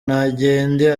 nagende